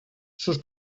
sus